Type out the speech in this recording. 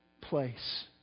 place